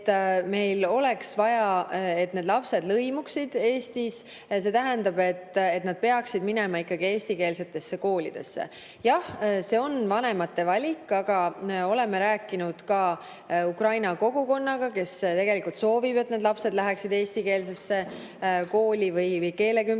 meil oleks vaja, et need lapsed Eestis lõimuksid. See tähendab, et nad peaksid minema eestikeelsetesse koolidesse. Jah, see on vanemate valik, aga oleme rääkinud ka ukraina kogukonnaga, kes soovib, et need lapsed läheksid eestikeelsesse kooli või keelekümbluskooli.